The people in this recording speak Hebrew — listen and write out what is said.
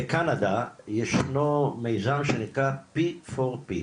בקנדה ישנו מיזם שנקרא 'פי פור פי',